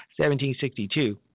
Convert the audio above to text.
1762